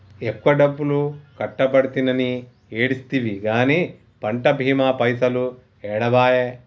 ఎక్కువ డబ్బులు కట్టబడితినని ఏడిస్తివి గాని పంట బీమా పైసలు ఏడబాయే